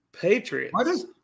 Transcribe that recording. Patriots